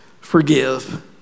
forgive